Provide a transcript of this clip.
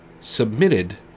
submitted